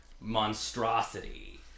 monstrosity